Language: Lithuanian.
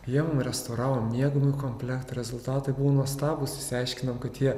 jie mum restauravo miegamojo komplektą rezultatai buvo nuostabūs išsiaiškinom kad jie